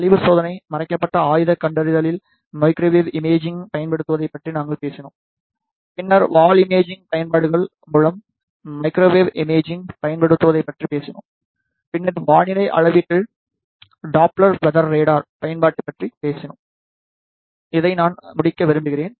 அழிவு சோதனை மறைக்கப்பட்ட ஆயுதக் கண்டறிதலில் மைக்ரோவேவ் இமேஜிங் பயன்படுத்துவதைப் பற்றி நாங்கள் பேசினோம் பின்னர் வால் இமேஜிங் பயன்பாடுகள் மூலம் மைக்ரோவேவ் இமேஜிங் பயன்படுத்துவதைப் பற்றி பேசினோம் பின்னர் வானிலை அளவீட்டில் டாப்ளர் வெதர் ரேடார் பயன்பாட்டைப் பற்றி பேசினோம் இதை நான் முடிக்க விரும்புகிறேன்